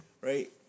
right